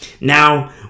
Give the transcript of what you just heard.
Now